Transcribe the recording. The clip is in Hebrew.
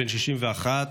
בן 61,